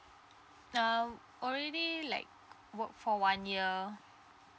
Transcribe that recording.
uh already like work for one year